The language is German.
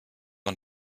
man